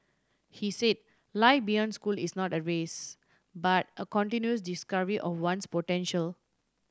he say life beyond school is not a race but a continuous discovery of one's potential